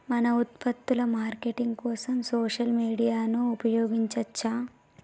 మన ఉత్పత్తుల మార్కెటింగ్ కోసం సోషల్ మీడియాను ఉపయోగించవచ్చా?